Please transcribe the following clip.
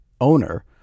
owner